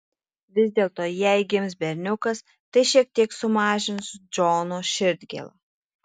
vis dėlto jei gims berniukas tai šiek tiek sumažins džono širdgėlą